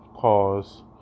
cause